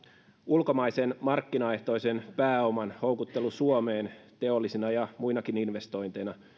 ulkomaisen markkinaehtoisen pääoman houkuttelu suomeen teollisina ja muinakin investointeina